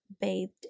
bathed